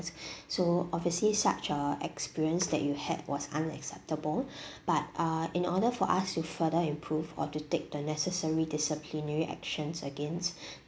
so obviously such a experience that you had was unacceptable but uh in order for us to further improve or to take the necessary disciplinary actions against